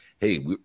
hey